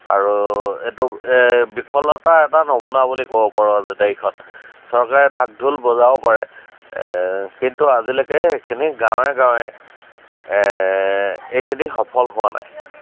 আৰু এইটো এই বিফলতাৰ এটা নমুনা বুলি ক'ব পাৰোঁ আজিৰ তাৰিখত চৰকাৰে ঢাক ঢোল বজাব পাৰে কিন্তু আজিলৈকে সেইখিনি গাঁৱে গাঁৱে এইখিনি সফল হোৱা নাই